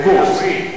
אוגוסט.